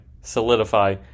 solidify